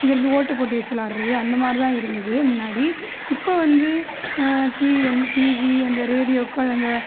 இங்கேருந்து ஓட்டப்போட்டி வச்சு விளாடுறது அந்தமாதிரிதான் இருந்தது முன்னாடி இப்போ வந்து டீவி அந்த ரேடியோக்கள் அந்த